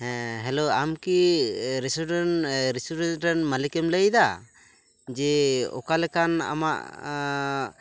ᱦᱮᱸ ᱦᱮᱞᱳ ᱟᱢ ᱠᱤ ᱨᱮᱱ ᱢᱟᱞᱤᱠᱮᱢ ᱞᱟᱹᱭ ᱮᱫᱟ ᱡᱮ ᱚᱠᱟ ᱞᱮᱠᱟᱱ ᱟᱢᱟᱜ